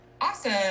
Awesome